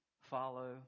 follow